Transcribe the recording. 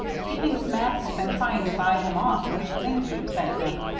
he thinks max has been trying to buy him off with the things we've sent him.